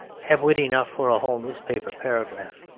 have wit enough for a whole newspaper paragraph.